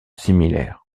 similaires